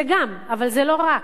זה גם אבל לא רק,